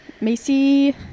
macy